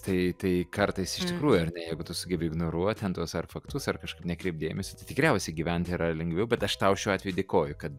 tai tai kartais iš tikrųjų ar ne jeigu tu sugebi ignoruot ten tuos ar faktus ar kažkaip nekreipt dėmesio tikriausiai gyvent yra lengviau bet aš tau šiuo atveju dėkoju kad